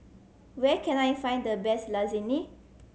where can I find the best Lasagne